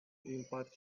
impact